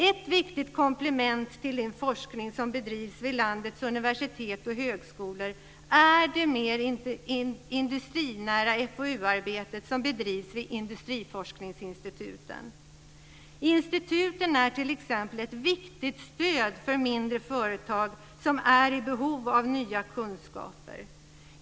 Ett viktigt komplement till den forskning som bedrivs vid landets universitet och högskolor är det mera industrinära FoU-arbete som bedrivs vid industriforskningsinstituten. Instituten är t.ex. ett viktigt stöd för mindre företag som är i behov av nya kunskaper.